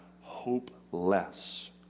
hopeless